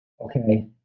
okay